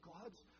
God's